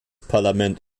parlament